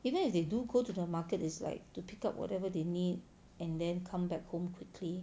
even if they do go to the market is like to pick up whatever they need and then come back home quickly